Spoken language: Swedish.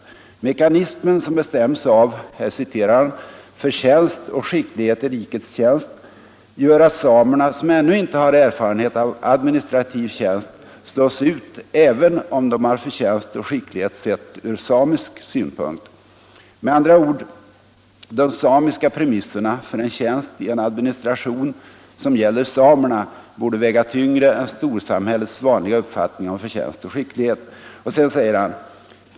Mekanismen som bestäms av "förtjänst och skicklighet i rikets tjänst” gör att samerna som ännu inte har erfarenhet av administrativ tjänst slås ut även om de har förtjänst och skicklighet sett ur samisk synpunkt. Med andra ord de samiska premisserna för en tjänst i en administration som gäller samerna borde väga tyngre än storsamhällets vanliga uppfattning om förtjänst och skicklighet.